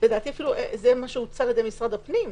מה שהוצע על-ידי משרד הפנים.